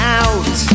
out